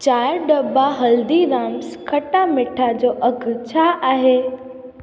चारि दॿा हल्दीराम्स खट्टा मीठा जो अघु छा आहे